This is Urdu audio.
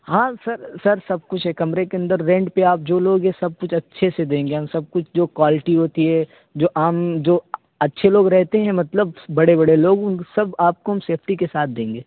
ہاں سر سر سب کچھ ہے کمرے کے اندر رینٹ پہ آپ جو لوگے سب اچھے سے دیں گے ہم سب کچھ جو کوالٹی ہوتی ہے جو عام جو اچھے لوگ رہتے ہیں مطلب بڑے بڑے لوگ ان سب آپ کو ہم سیفٹی کے ساتھ دیں گے